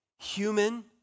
Human